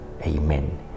Amen